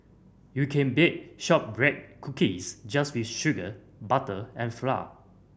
you can bake shortbread cookies just with sugar butter and flour